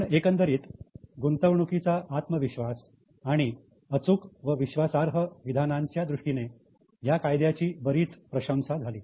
पण एकंदरीत गुंतवणुकीचा आत्मविश्वास आणि अचूक व विश्वासार्ह विधानांच्या दृष्टीने या कायद्याची बरीच प्रशंसा झाली